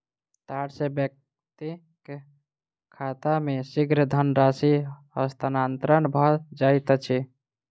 तार सॅ व्यक्तिक खाता मे शीघ्र धनराशि हस्तांतरण भ जाइत अछि